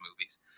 movies